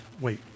Wait